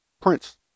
Prince